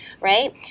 right